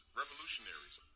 revolutionaries